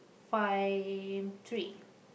five tree